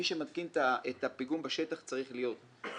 מי שמתקין את הפיגום בשטח צריך להיות בונה מקצועי.